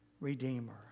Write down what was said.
Redeemer